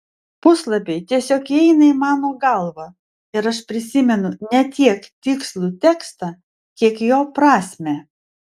puslapiai tiesiog įeina į mano galvą ir aš prisimenu ne tiek tikslų tekstą kiek jo prasmę